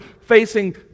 facing